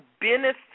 benefit